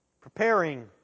preparing